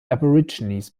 aborigines